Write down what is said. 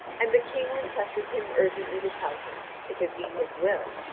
and the king requested him urgently to tell him, if it be his will,